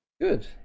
good